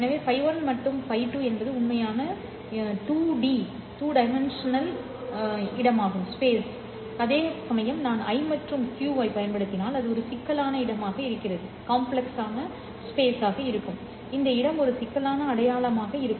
எனவே φ1 φ2 என்பது உண்மையான 2D இடமாகும் அதேசமயம் நான் I மற்றும் Q ஐப் பயன்படுத்தினால் அது ஒரு சிக்கலான இடமாக இருக்கும் இந்த இடம் ஒரு சிக்கலான அடையாளமாக இருக்கும்